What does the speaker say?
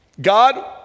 God